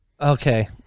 Okay